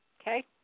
Okay